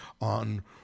on